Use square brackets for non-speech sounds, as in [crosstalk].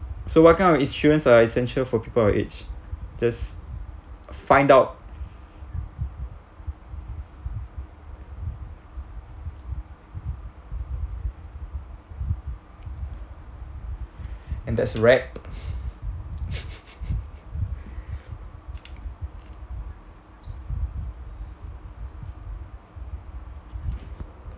so what kind of insurance are essential for people our age just find out and that's right [laughs]